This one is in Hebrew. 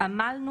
עמלנו